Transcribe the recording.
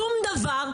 שום דבר,